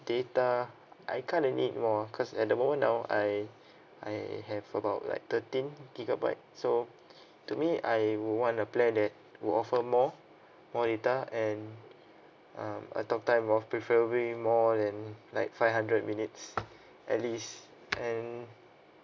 data I kind of need more because at the moment now I I have about like thirteen gigabyte so to me I would want a plan that would offer more more data and um a talk time of preferably more than like five hundred minutes at least and